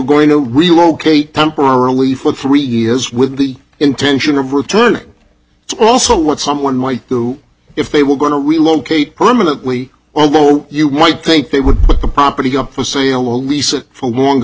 going to relocate temporarily for three years with the intention of returning also what someone might do if they were going to relocate permanently although you might think they would the property up for